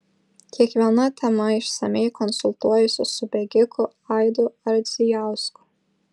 kiekviena tema išsamiai konsultuojuosi su bėgiku aidu ardzijausku